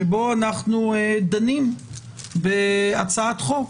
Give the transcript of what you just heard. שבו אנחנו דנים בהצעת חוק,